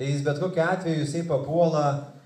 tai jis bet kokiu atveju jisai papuola